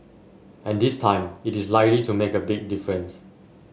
and this time it is likely to make a big difference